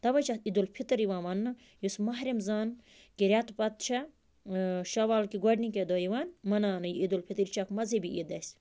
تَوٕے چھِ اَتھ عیٖدُالفطر یِوان وَنٛنہٕ یُس ماہِ رمضان کہ رٮ۪تہٕ پَتہٕ چھےٚ شوال کہ گۄڈٕنِکی دۄہ یِوان مناونہٕ یہِ عیٖدُالفطر یہِ چھِ اَکھ مزہبی عید اَسہِ